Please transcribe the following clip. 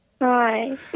Hi